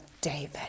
David